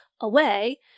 away